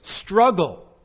struggle